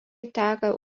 teka